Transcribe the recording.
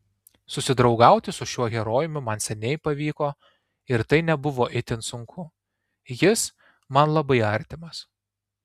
susidraugauti su šiuo herojumi man seniai pavyko ir tai nebuvo itin sunku jis man labai artimas